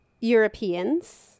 Europeans